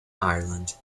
ireland